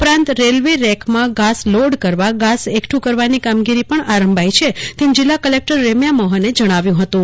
ઉપરાંત રેલવે રેકમાં ઘાસ લોડ કરવા ઘાસ એકઠું કરવાની કામગીરી પણ આરંભાઈ છે તેમ જિલ્લા કલેકટર રેમ્યા મોહને જણાવ્યું હતું